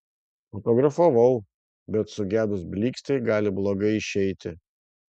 fotografavau bet sugedus blykstei gali blogai išeiti